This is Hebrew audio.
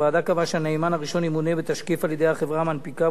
הוועדה קבעה שהנאמן הראשון ימונה בתשקיף על-ידי החברה המנפיקה,